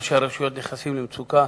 ראשי הרשויות נכנסים למצוקה,